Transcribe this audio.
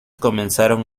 comenzaron